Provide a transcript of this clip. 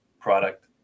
product